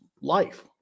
life